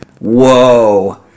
whoa